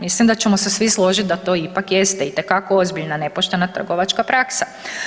Mislim da ćemo se svi složit da to ipak jeste itekako ozbiljna nepoštena trgovačka praksa.